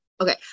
okay